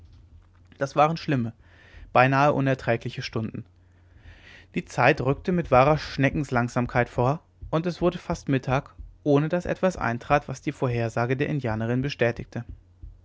das waren schlimme beinahe unerträgliche stunden die zeit rückte mit wahrer schneckenlangsamkeit vor und es wurde fast mittag ohne daß etwas eintrat was die vorhersage der indianerin bestätigte